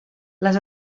les